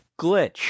glitch